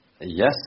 Yes